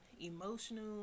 emotional